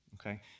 okay